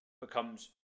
becomes